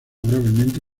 gravemente